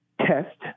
test